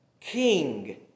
king